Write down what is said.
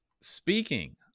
speaking